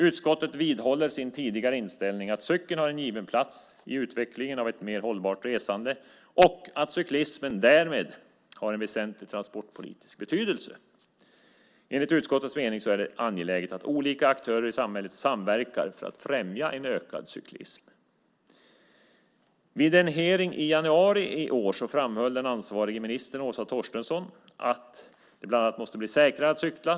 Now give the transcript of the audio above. Utskottet vidhåller sin tidigare inställning att cykeln har en given plats i utvecklingen av ett mer hållbart resande och att cyklismen därmed har en väsentlig transportpolitisk betydelse. Enligt utskottets mening är det angeläget att olika aktörer i samhället samverkar för att främja en ökad cyklism. Vid en hearing i januari i år framhöll den ansvariga ministern Åsa Torstensson att det bland annat måste bli säkrare att cykla.